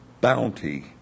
bounty